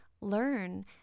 learn